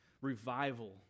revival